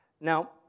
Now